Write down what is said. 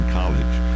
college